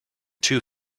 two